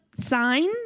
sign